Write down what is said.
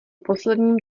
posledním